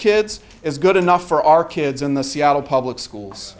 kids is good enough for our kids in the seattle public schools